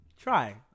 Try